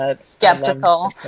skeptical